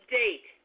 date